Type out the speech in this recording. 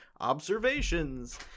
observations